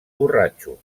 borratxo